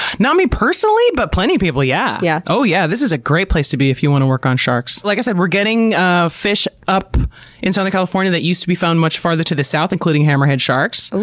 not me personally, but plenty of people, yeah yeah. oh, yeah! this is a great place to be if you want to work on sharks. like i said, we're getting ah fish up in southern california that used to be found much farther to the south, including hammerhead sharks.